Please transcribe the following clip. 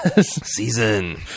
Season